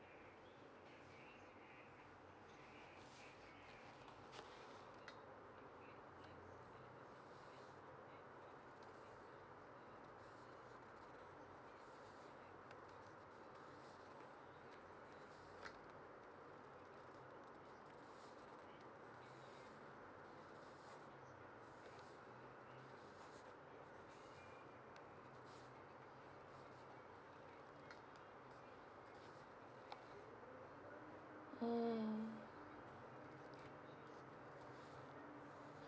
mm